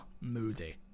Moody